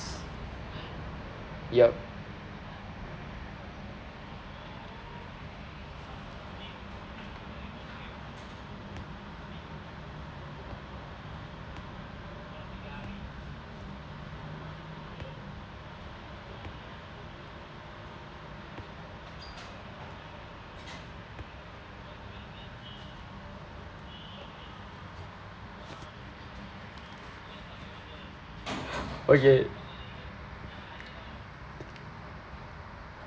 yup okay